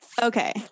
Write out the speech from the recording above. okay